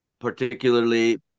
Particularly